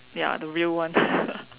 ya the real one